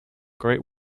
great